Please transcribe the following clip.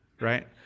right